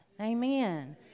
Amen